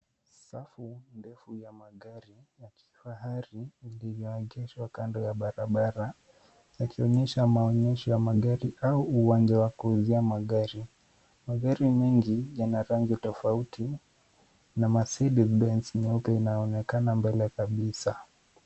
Safu ndefu ya magari ya kifahari iliyoegeshwa kando ya barabara, yakionyesha maonyesho ya magari au uwanja wa kuuzia magari. Magari mengi yana rangi tofauti na Mercedez Benz nyeupe inaonekana mbele kabisa.